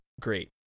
great